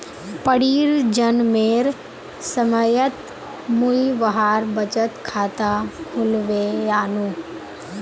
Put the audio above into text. परीर जन्मेर समयत मुई वहार बचत खाता खुलवैयानु